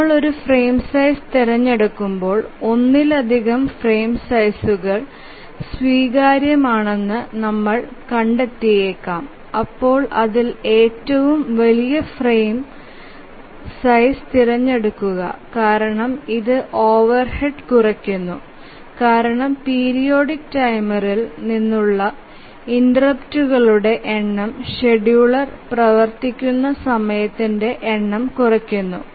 നമ്മൾ ഒരു frame size തിരഞ്ഞെടുക്കുമ്പോൾ ഒന്നിലധികം ഫ്രെയിം സൈസ്ഉകൾ സ്വീകാര്യമാണെന്ന് നമ്മൾ കണ്ടെത്തിയേക്കാം അപ്പോൾ അതിൽ ഏറ്റവും വലിയ ഫ്രെയിം സൈസ് തിരഞ്ഞെടുക്കുക കാരണം ഇത് ഓവർഹെഡ് കുറയ്ക്കുന്നു കാരണം പീരിയോഡിക് ടൈമറിൽ നിന്നുള്ള ഇന്റെര്പ്റ്റുകളുടെ എണ്ണം ഷെഡ്യൂളർ പ്രവർത്തിക്കുന്ന സമയത്തിന്റെ എണ്ണം കുറക്കുന്നു